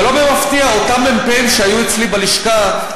ולא במפתיע אותם מ"פים שהיו אצלי בלשכה,